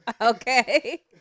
Okay